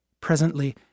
Presently